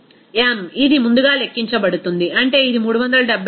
m ఇది ముందుగా లెక్కించబడుతుంది అంటే ఇది 374